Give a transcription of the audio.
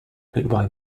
goodbye